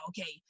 Okay